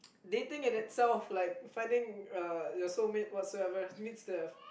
dating in itself like finding uh your soulmate whatsoever needs the